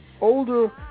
older